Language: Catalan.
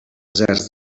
deserts